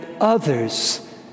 others